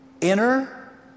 Inner